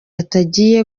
atagiye